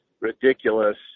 Ridiculous